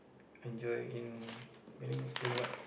enjoy in meaning in what